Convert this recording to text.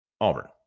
Auburn